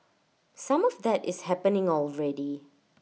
some of that is happening already